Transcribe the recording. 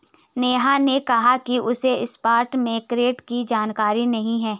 नेहा ने कहा कि उसे स्पॉट मार्केट की जानकारी नहीं है